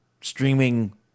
streaming